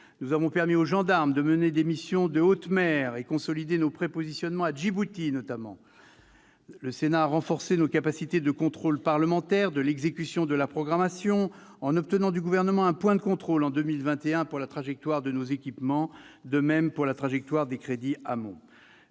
Nous avons permis aux gendarmes de mener des missions en haute mer, et consolidé nos prépositionnements, à Djibouti notamment. Le Sénat a renforcé nos capacités de contrôle parlementaire de l'exécution de la programmation, en obtenant du Gouvernement un « point de contrôle » en 2021 pour la trajectoire de nos équipements, de même que pour la trajectoire des crédits amont.